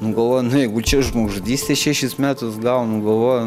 nu galoju nu jeigu čia už žmogžudystę šešis metus gavo nu galvoju